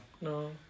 No